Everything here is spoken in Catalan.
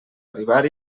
arribar